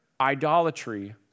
idolatry